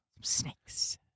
Snakes